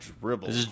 dribble